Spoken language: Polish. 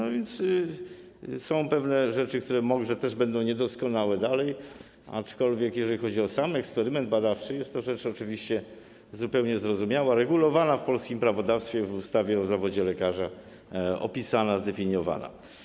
Są więc pewne rzeczy, które może też będą dalej niedoskonałe, aczkolwiek jeżeli chodzi o sam eksperyment badawczy, jest to rzecz oczywiście zupełnie zrozumiała, regulowana w polskim prawodawstwie w ustawie o zawodzie lekarza, opisana, zdefiniowana.